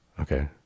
okay